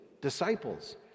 disciples